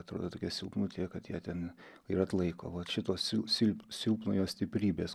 atrodo tokia silpnutė kad ją ten ir atlaiko vat šitos sil silp silpnojo stiprybės